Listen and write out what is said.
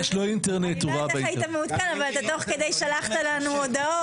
אז אני לא יודעת איך היית מעודכן אבל אתה תוך כדי שלחת לנו הודעות,